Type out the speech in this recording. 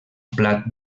plat